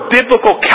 biblical